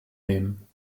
nehmen